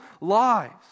lives